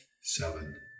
seven